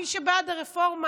מי שבעד הרפורמה,